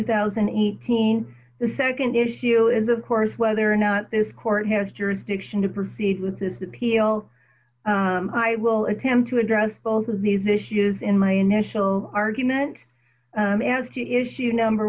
thousand each teen the nd issue is of course whether or not this court has jurisdiction to proceed with this appeal i will attempt to address both of these issues in my initial argument as to issue number